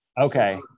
Okay